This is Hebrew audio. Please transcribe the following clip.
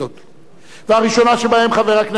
הראשונה שבהן, חבר הכנסת זחאלקה,